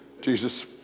Jesus